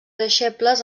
deixebles